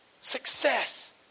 success